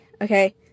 okay